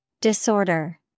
Disorder